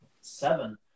seven